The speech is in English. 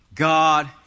God